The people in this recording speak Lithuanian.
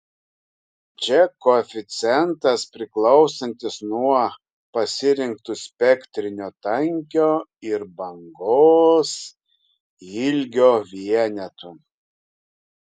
čia koeficientas priklausantis nuo pasirinktų spektrinio tankio ir bangos ilgio vienetų